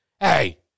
hey